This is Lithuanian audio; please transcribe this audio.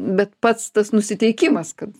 bet pats tas nusiteikimas kad